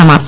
समाप्त